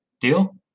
Deal